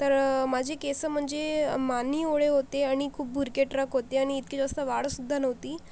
तर माझे केस म्हणजे माने एवढे होते आणि खूप भुरकेट्रक होते आणि इतकी जास्त वाढसुद्धा नव्हती